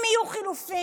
אם יהיו חילופים,